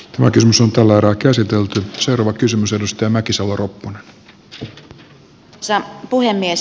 tämä kysymys on tällä erää käsitelty sorvakysymysedustaja mäkisalo ropponen arvoisa puhemies